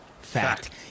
Fact